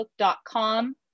facebook.com